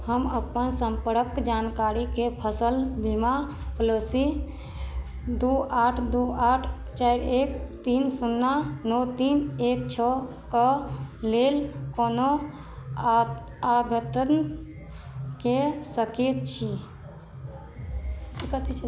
हम अपन सम्पर्क जानकारीके फसल बीमा पॉलिसी दू आठ दू आठ चारि एक तीन शुन्ना नओ तीन एक छओ कऽ लेल कोनो आ आगत कए सकैत छी